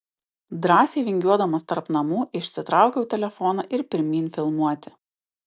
drąsiai vingiuodamas tarp namų išsitraukiau telefoną ir pirmyn filmuoti